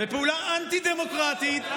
בפעולה אנטי-דמוקרטית,